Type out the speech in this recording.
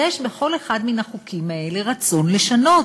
יש בכל אחד מן החוקים האלה רצון לשנות,